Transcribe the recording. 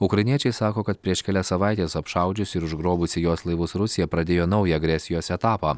ukrainiečiai sako kad prieš kelias savaites apšaudžiusi ir užgrobusi jos laivus rusija pradėjo naują agresijos etapą